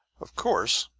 of course,